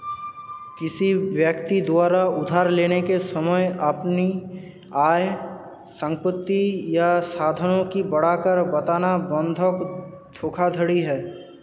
किसी व्यक्ति द्वारा उधार लेने के समय अपनी आय, संपत्ति या साधनों की बढ़ाकर बताना बंधक धोखाधड़ी है